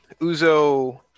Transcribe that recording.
Uzo